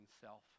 self